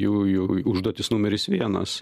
jųjų užduotis numeris vienas